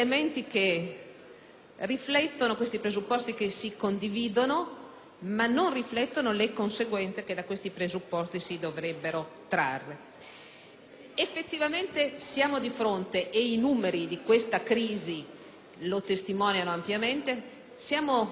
riflettono questi presupposti che si condividono, ma che non riflettono le conseguenze che da questi presupposti si dovrebbero trarre. Effettivamente siamo di fronte - e i numeri di questa crisi lo testimoniano ampiamente - alla più grande